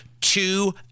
two